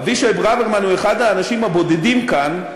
אבישי ברוורמן הוא אחד האנשים הבודדים כאן,